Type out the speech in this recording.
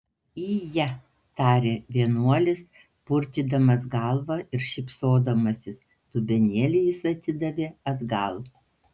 ije tarė vienuolis purtydamas galva ir šypsodamasis dubenėlį jis atidavė atgal